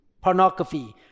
pornography